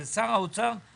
את עמדת שר האוצר הנוכחי.